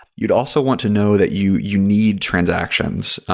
you'd also want to know that you you need transactions.